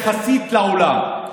יחסית לעולם,